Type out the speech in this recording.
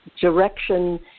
direction